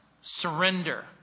surrender